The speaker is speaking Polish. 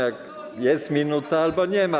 Jest minuta albo nie ma.